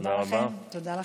תודה לכם.